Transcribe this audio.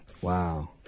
Wow